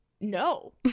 no